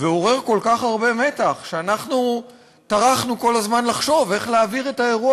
ועורר כל כך הרבה מתח שאנחנו טרחנו כל הזמן לחשוב איך להעביר את האירוע